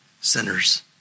sinners